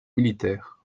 militaire